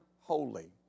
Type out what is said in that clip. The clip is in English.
Holy